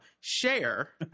Share